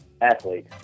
Athlete